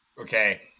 Okay